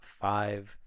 five